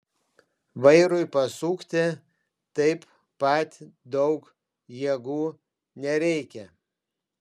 vairui pasukti taip pat daug jėgų nereikia